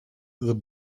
the